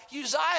Uzziah